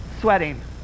sweating